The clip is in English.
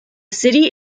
city